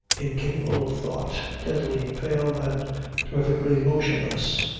incapable of thought, deadly pale, and perfectly motionless.